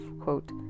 quote